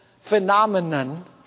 phenomenon